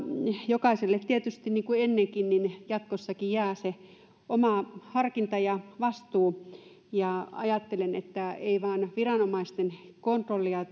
jokaiselle tietysti niin kuin ennenkin niin jatkossakin jää se oma harkinta ja vastuu ja ajattelen että ei vain viranomaisten kontrollia